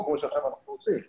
כמו שאנחנו עושים עכשיו.